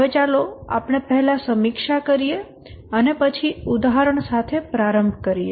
હવે ચાલો આપણે પહેલા સમીક્ષા કરીએ અને પછી ઉદાહરણ સાથે પ્રારંભ કરીએ